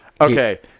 Okay